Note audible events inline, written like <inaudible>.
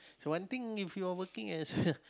so one thing if you are working as <laughs>